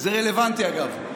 זה רלוונטי, אגב.